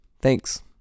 Thanks